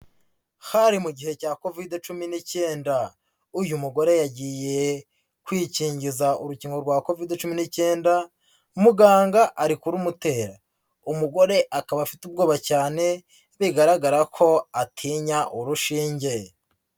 Hari mu gihe cya Covid cumi n'ikenda. Uyu mugore yagiye kwikingiza urukingo rwa Covid cumi n'ikenda, muganga ari kurumutera. Umugore akaba afite ubwoba cyane bigaragara ko atinya urushinge.